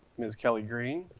ms. kelli green,